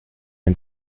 ein